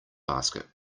basket